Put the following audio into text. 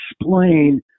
explain